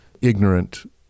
ignorant